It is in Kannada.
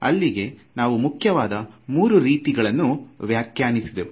ಅಲ್ಲಿಗೆ ನಾವು ಮುಖ್ಯವಾದ ಮೂರು ರೀತಿಗಳನ್ನು ವ್ಯಾಖ್ಯಾನಿಸೆದೆವು